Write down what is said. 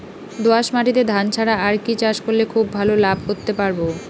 দোয়াস মাটিতে ধান ছাড়া আর কি চাষ করলে খুব ভাল লাভ করতে পারব?